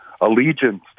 allegiance